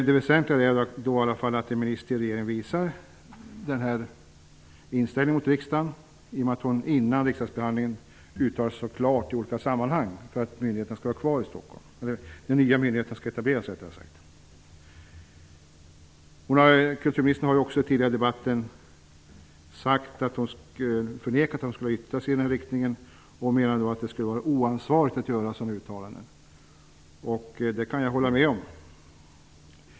Det väsentliga är dock att en minister i en regering visar denna inställning till riksdagen, något som kulturministern gör i och med att hon före riksdagsbehandlingen uttalar sig i olika sammanhang så klart om var den nya myndighetsorganisationen skall etableras. Kulturministern har också tidigare i debatten förnekat att hon skulle ha yttrat sig i denna riktning. Hon menar att det skulle vara oansvarigt att göra sådana uttalanden. Det kan jag hålla med om.